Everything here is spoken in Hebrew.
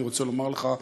אני רוצה לומר לך,